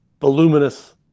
voluminous